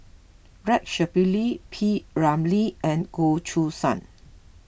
Rex Shelley P Ramlee and Goh Choo San